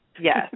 Yes